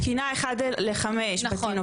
תקינה 1 ל- 5 בתינוקייה,